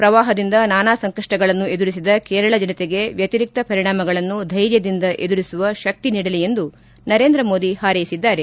ಪ್ರವಾಹದಿಂದ ನಾನಾ ಸಂಕಷ್ಸಗಳನ್ನು ಎದುರಿಸಿದ ಕೇರಳ ಜನತೆಗೆ ವ್ಯತಿರಿಕ್ತ ಪರಿಣಾಮಗಳನ್ನು ಧ್ಯೆರ್ಯದಿಂದ ಎದುರಿಸುವ ಶಕ್ತಿ ನೀಡಲಿ ಎಂದು ನರೇಂದ್ರ ಮೋದಿ ಹಾರೈಸಿದ್ದಾರೆ